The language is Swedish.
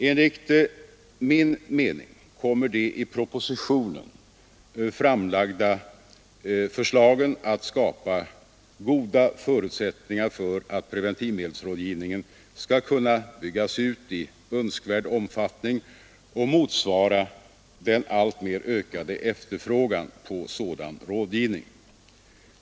Enligt min mening kommer de i propositionen framlagda förslagen att skapa goda förutsättningar för att preventivmedelsrådgivningen skall kunna byggas ut i önskvärd omfattning och motsvara den alltmer ökade efterfrågan på sådan rådgivning.